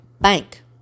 bank